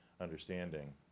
understanding